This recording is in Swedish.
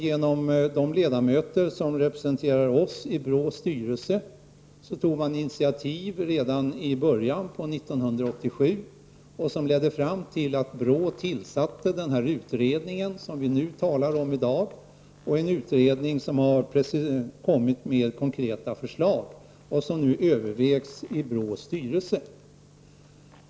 Jo, de ledamöter som representerar oss i BRÅS styrelse tog redan i början av 1987 initiativ som ledde fram till att BRÅ tillsatte den utredning som vi nu diskuterar. Utredningen har kommit med konkreta förslag, som nu övervägs av BRÅSs styrelse.